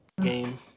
game